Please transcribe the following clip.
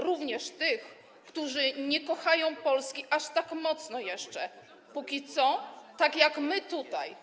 Również tych, którzy nie kochają Polski aż tak mocno jeszcze póki co, tak jak my tutaj.